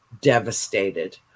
devastated